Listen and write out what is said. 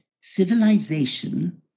civilization